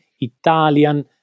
Italian